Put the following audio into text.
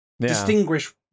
distinguish